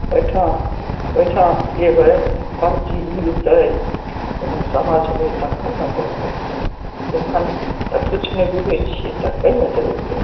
एहिठाम एहिठाम जे होइ सब चीज मिलतै ओहिमे समझबै तखन ने भोट होइ छै एखन किछु नहि बुझै छियै तऽ कै मे देबै भोट